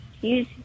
use